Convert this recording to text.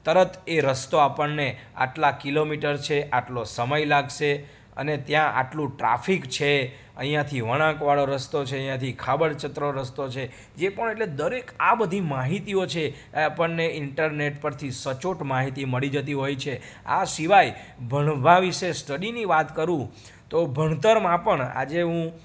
તરત એ રસ્તો આપણને આટલા કિલોમીટર છે આટલો સમય લાગશે અને ત્યાં આટલું ટ્રાફિક છે અહીંયાંથી વળાંકવાળો રસ્તો છે અહીંયાંથી ખાબળ ચતરો રસ્તો છે એ પણ એટલે દરેક આ બધી માહિતીઓ છે આપણને ઈન્ટરનેટ પરથી સચોટ માહિતી મળી જતી હોય છે આ સિવાય ભણવા વિષે સ્ટડીની વાત કરું તો ભણતરમાં પણ આજે હું